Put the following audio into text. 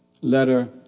letter